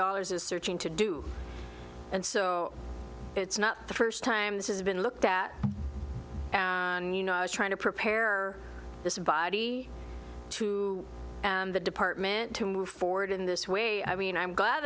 dollars is searching to do and so it's not the first time this has been looked at and you know i was trying to prepare this body to the department to move forward in this way i mean i'm glad